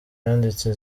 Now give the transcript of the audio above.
yanditse